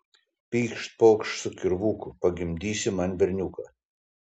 pykšt pokšt su kirvuku pagimdysi man berniuką